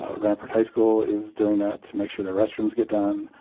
ah rampart high school is doing that to make sure their restrooms get done.